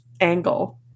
angle